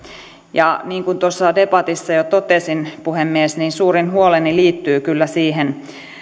niin kuin tuossa debatissa jo totesin puhemies suurin huoleni liittyy kyllä siihen